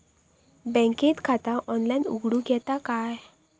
बँकेत खाता ऑनलाइन उघडूक येता काय?